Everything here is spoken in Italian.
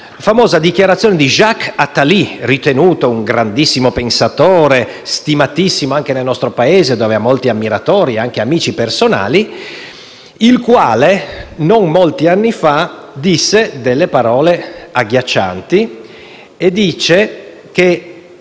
parla molto) dichiarazione di Jacques Attali, ritenuto un grandissimo pensatore, stimatissimo anche nel nostro Paese, dove ha molti ammiratori e anche amici personali. Egli, non molti anni fa, disse delle parole agghiaccianti. Cito: credo